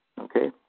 Okay